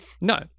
no